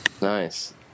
Nice